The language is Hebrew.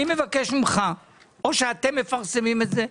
או שאתם מפרסמים את זה,